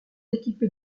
équipé